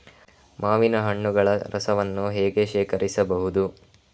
ಮಾವಿನ ಹಣ್ಣುಗಳ ರಸವನ್ನು ಹೇಗೆ ಶೇಖರಿಸಬಹುದು?